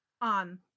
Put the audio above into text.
On